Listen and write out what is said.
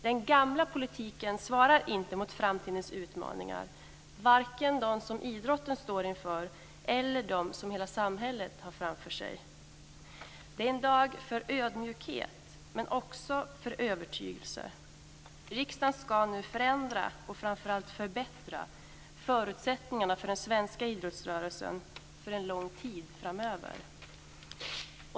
Den gamla politiken svarar inte mot framtidens utmaningar, vare sig de som idrotten står inför eller de som hela samhället har framför sig. Det är en dag för ödmjukhet men också för övertygelse. Riksdagen ska nu förändra och framför allt förbättra förutsättningarna för den svenska idrottsrörelsen för en lång tid framöver.